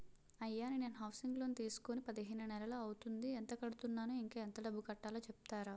అయ్యా నేను housing loan తీసుకొని పదిహేను నెలలు అవుతోందిఎంత కడుతున్నాను, ఇంకా ఎంత డబ్బు కట్టలో చెప్తారా?